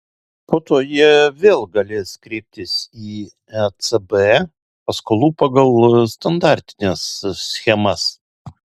po to jie vėl galės kreiptis į ecb paskolų pagal standartines schemas